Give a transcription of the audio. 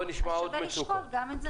אז שווה לשקול גם את זה.